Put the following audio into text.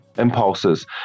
impulses